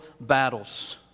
battles